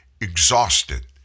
exhausted